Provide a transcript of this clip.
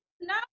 No